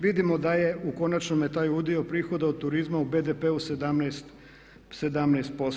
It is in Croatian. Vidimo da je u konačnome taj udio prihoda od turizma u BDP-u 17%